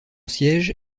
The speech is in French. siège